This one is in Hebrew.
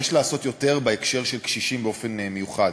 יש לעשות יותר, בהקשר של קשישים באופן מיוחד.